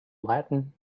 latin